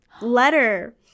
letter